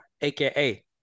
aka